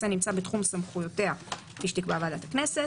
נמצא בתחום סמכויותיה כפי שתקבע ועדת הכנסת.